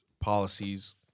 policies